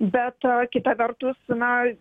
bet kita vertus na